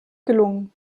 gelungen